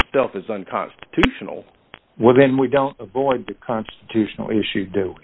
itself is unconstitutional well then we don't avoid the constitutional issue do